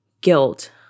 guilt